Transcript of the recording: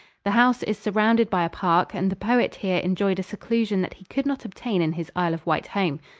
the house is surrounded by a park and the poet here enjoyed a seclusion that he could not obtain in his isle of wight home.